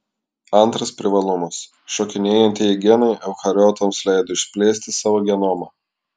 antras privalumas šokinėjantieji genai eukariotams leido išplėsti savo genomą